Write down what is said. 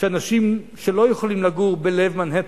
שאנשים שלא יכולים לגור בלב מנהטן,